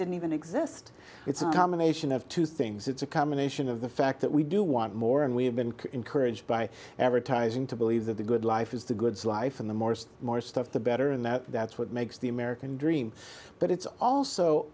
didn't even exist it's a combination of two things it's a combination of the fact that we do want more and we have been encouraged by advertising to believe that the good life is the goods life and the morse more stuff the better and that's what makes the american dream but it's also